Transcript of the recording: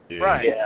Right